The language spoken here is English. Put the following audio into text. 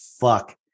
fuck